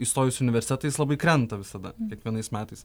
įstojus į universitetą jis labai krenta visada kiekvienais metais